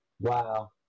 Wow